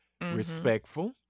respectful